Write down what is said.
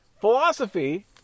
Philosophy